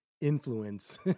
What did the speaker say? influence